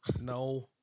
no